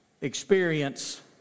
experience